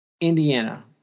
Indiana